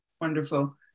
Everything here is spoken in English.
Wonderful